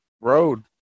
road